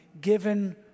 given